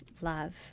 love